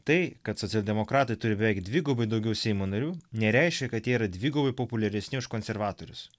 tai kad socialdemokratai turi beveik dvigubai daugiau seimo narių nereiškia kad jie yra dvigubai populiaresni už konservatorius